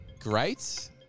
Great